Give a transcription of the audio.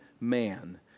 man